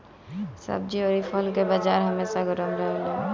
सब्जी अउरी फल के बाजार हमेशा गरम रहेला